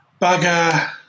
bugger